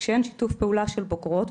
כשאין שיתוף פעולה של בוגרות,